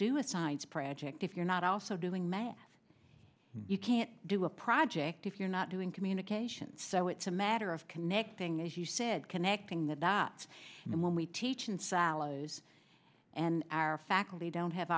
do a science project if you're not also doing math you can't do a project if you're not doing communications so it's a matter of connecting as you said connecting the dots in the moment teach in silos and our faculty don't have